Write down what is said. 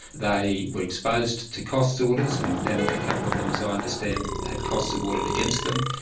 they were exposed to costs orders and and a couple of them as i understand had costs awarded against them.